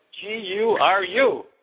G-U-R-U